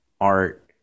art